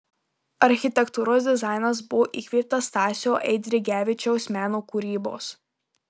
architektūros dizainas buvo įkvėptas stasio eidrigevičiaus meno kūrybos